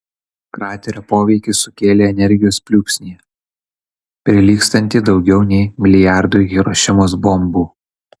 kraterio poveikis sukėlė energijos pliūpsnį prilygstantį daugiau nei milijardui hirošimos bombų